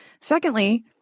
Secondly